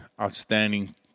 Outstanding